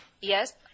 Yes